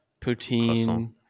poutine